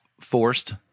forced